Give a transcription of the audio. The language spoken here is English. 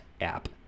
app